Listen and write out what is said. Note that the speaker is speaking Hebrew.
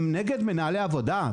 הם נגד מנהלי העבודה.